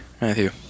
Matthew